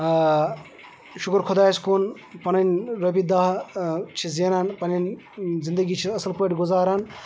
شُکُر خۄدایَس کُن پَنٕنۍ روٚپیہِ دَہ چھِ زینان پَنٕنۍ زندگی چھِ اَصٕل پٲٹھۍ گُزاران